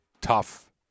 tough